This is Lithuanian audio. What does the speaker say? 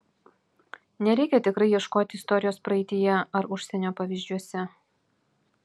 nereikia tikrai ieškoti istorijos praeityje ar užsienio pavyzdžiuose